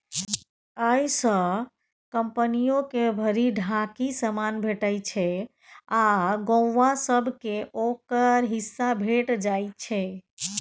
अय सँ कंपनियो के भरि ढाकी समान भेटइ छै आ गौंआ सब केँ ओकर हिस्सा भेंट जाइ छै